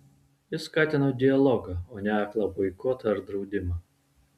jis skatino dialogą o ne aklą boikotą ar draudimą